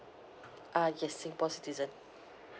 ah yes singapore citizen